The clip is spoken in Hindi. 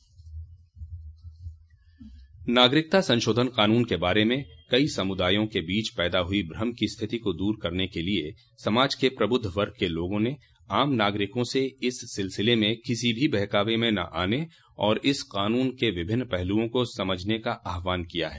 नागरिकता संशोधन क़ानून के बारे में कई समुदायों के बीच पैदा हुई भ्रम की स्थिति को दूर करने के लिए समाज के प्रबुद्ध वर्ग के लोगों ने आम नागरिकों से इस सिलसिले में किसी की बहकावे में न आने और इस कानून के विभिन्न पहलूओं को समझने का आह्वान किया है